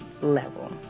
level